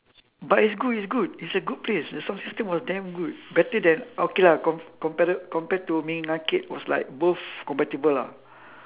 but is good is good is a good place the sound system was damn good better than okay lah comp~ compare~ compared to ming arcade was like both compatible lah